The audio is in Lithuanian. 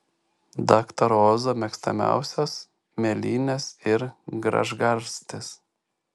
daktaro ozo mėgstamiausios mėlynės ir gražgarstės